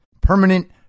permanent